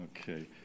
Okay